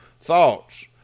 thoughts